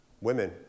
Women